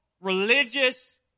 religious